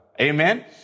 Amen